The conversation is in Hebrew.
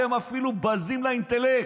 אתם אפילו בזים לאינטלקט.